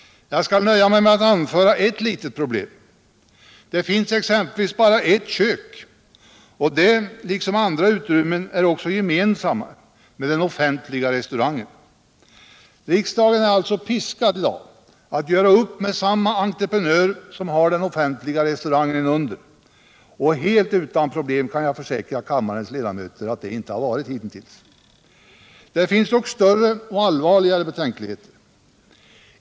Jag skall nöja mig med att anföra ett litet problem. Det finns bara ett kök, och detta liksom andra utrymmen är gemensamma med den offentliga restaurangen. Riksdagen är i dag alltså piskad att göra upp med samma entreprenör som har den offentliga restaurangen under, och helt utan problem kan jag försäkra kammarens ledamöter att det inte varit hittills. Det finns dock större och allvarligare betänkligheter.